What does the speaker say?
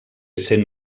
saint